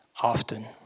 often